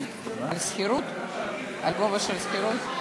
על גובה השכירות?